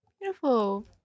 Beautiful